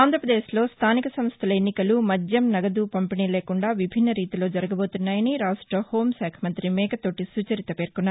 ఆంధ్రాపదేశ్ లో స్థానిక సంస్థల ఎన్నికలు మద్యం నగదు పంపిణీ లేకుండా విభిన్న రీతిలో జరగబోతున్నాయని రాష్ట్ర హోంమంతి మేకతోటి సుచరిత పేర్కొన్నారు